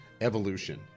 evolution